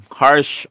harsh